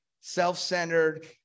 self-centered